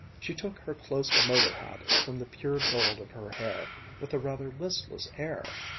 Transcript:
she took her close motor-hat from the pure gold of her hair with a rather listless air.